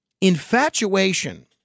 infatuation